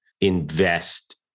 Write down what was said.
invest